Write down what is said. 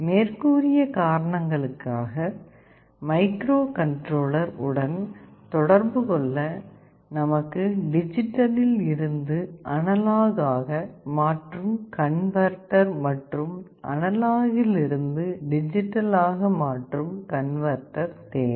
மேற்கூறிய காரணங்களுக்காக micro controller உடன் தொடர்பு கொள்ள நமக்கு டிஜிட்டலில் இருந்து அனலாக் ஆக மாற்றும் கன்வெர்ட்டர் மற்றும் அனலாக் இல் இருந்து டிஜிட்டலாக மாற்றும் கன்வெர்ட்டர் தேவை